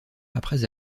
après